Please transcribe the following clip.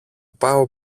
πάω